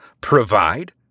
Provide